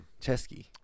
Chesky